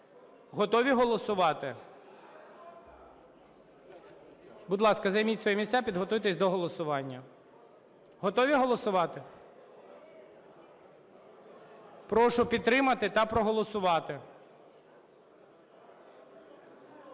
Готові голосувати? Будь ласка, займіть свої місця, підготуйтесь до голосування. Готові голосувати? Прошу підтримати та проголосувати.